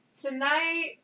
tonight